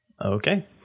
Okay